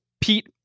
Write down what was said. Pete